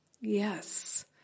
Yes